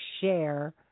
share